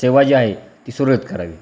सेवा जी आहे ती सुरळीत करावी